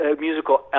musical